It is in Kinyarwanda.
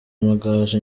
amagaju